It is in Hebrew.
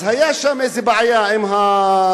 אז היתה שם בעיה עם החוקה,